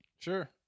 sure